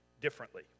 differently